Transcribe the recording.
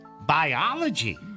Biology